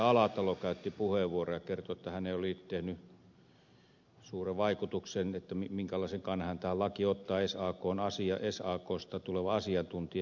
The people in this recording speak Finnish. alatalo käytti puheenvuoron ja kertoi että häneen oli tehnyt suuren vaikutuksen sen suhteen minkälaisen kannan hän tähän lakiin ottaa saksta tuleva asiantuntija